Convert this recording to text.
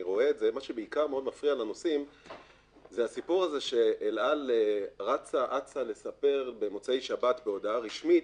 אני רואה את זה זה שאל על אצה רצה לספר במוצאי שבת בהודעה רשמית